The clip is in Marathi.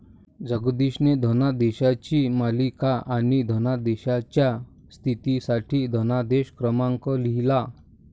जगदीशने धनादेशांची मालिका आणि धनादेशाच्या स्थितीसाठी धनादेश क्रमांक लिहिला